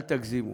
אל תגזימו.